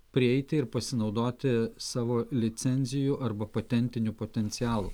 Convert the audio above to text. prieiti ir pasinaudoti savo licenzijų arba patentiniu potencialu